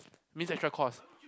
means extra cost